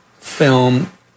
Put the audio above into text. film